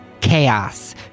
Chaos